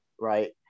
right